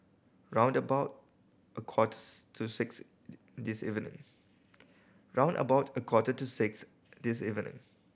round about a quarters to six this evening